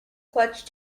clutch